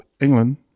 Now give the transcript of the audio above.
England